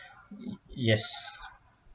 yes